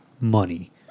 money